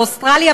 באוסטרליה,